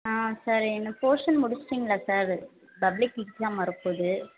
sir என்ன portion முடிச்சிவிட்டிங்களா sir public exam வரப்போது